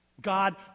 God